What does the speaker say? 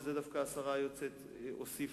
ובזה דווקא השרה יוצאת הוסיפה,